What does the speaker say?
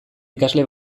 ikasle